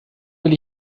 will